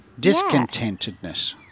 discontentedness